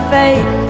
faith